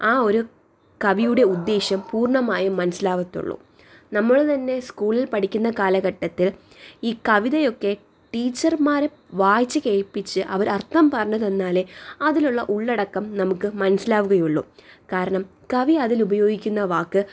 ആ ഒരു കവിയുടെ ഉദ്ദേശം പൂർണമായും മനസ്സിലാവത്തുള്ളൂ നമ്മൾ തന്നെ സ്കൂളിൽ പഠിക്കുന്ന കാലഘട്ടത്തിൽ ഈ കവിതയൊക്കെ ടീച്ചർമാര് വായിച്ചു കേൾപ്പിച്ച് അവർ അർത്ഥം പറഞ്ഞ് തന്നാലേ അതിലുള്ള ഉള്ളടക്കം നമുക്ക് മനസ്സിലാവുകയുള്ളൂ കാരണം കവി അതിൽ ഉപയോഗിക്കുന്ന വാക്ക്